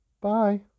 bye